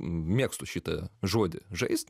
mėgstu šitą žodį žaist